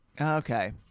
Okay